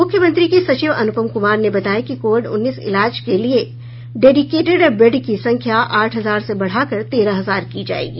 मुख्यमंत्री के सचिव अनुपम कुमार ने बताया कि कोविड उन्नीस इलाज के लिये डेडिकेटेड बेड की संख्या आठ हजार से बढ़ाकर तेरह हजार की जायेगी